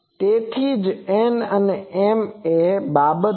તેથી જ n અને m એ બાબત છે